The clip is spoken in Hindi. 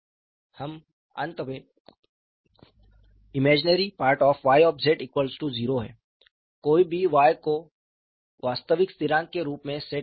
हम अंत में ImY 0 हैं कोई भी Y को वास्तविक स्थिरांक के रूप में सेट कर सकता है